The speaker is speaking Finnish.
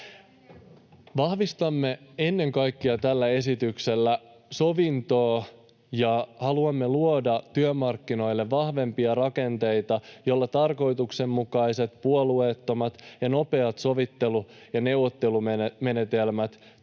vahvistamme tällä esityksellä sovintoa. Haluamme luoda työmarkkinoille vahvempia rakenteita, joilla tarkoituksenmukaiset, puolueettomat ja nopeat sovittelu- ja neuvottelumenetelmät työriidan